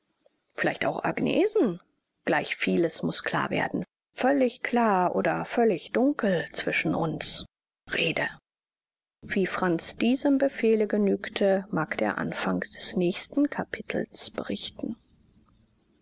vielleicht auch agnesen gleichviel es muß klar werden völlig klar oder völlig dunkel zwischen uns rede wie franz diesem befehle genügte mag der anfang des nächsten capitels berichten